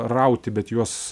rauti bet juos